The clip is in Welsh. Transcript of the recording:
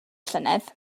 llynedd